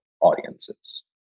audiences